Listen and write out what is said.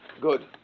Good